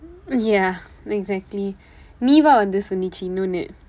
ya exactly niva வந்து சொன்னது இன்னொன்னு:vanthu sonnathu inonnu